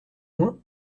loin